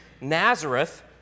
Nazareth